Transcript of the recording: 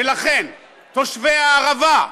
ולכן, תושבי הערבה,